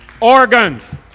Organs